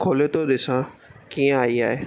खोले थो ॾिसा कीअं आई आहे